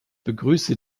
begrüße